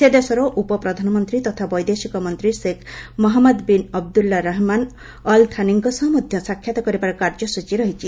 ସେ ଦେଶର ଉପପ୍ରଧାନମନ୍ତ୍ରୀ ତଥା ବୈଦେଶିକ ମନ୍ତ୍ରୀ Sheikh Mohammed bin Abdulrahman Al ଥାନିଙ୍କ ସହ ମଧ୍ୟ ସାକ୍ଷାତ୍ କରିବାର କାର୍ଯ୍ୟସ୍ଚୀ ରହିଛି